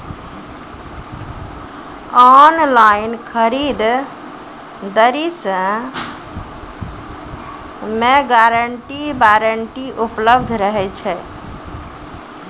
Online खरीद दरी मे गारंटी वारंटी उपलब्ध रहे छै?